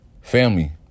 family